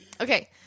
Okay